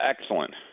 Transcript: excellent